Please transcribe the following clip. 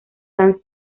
dan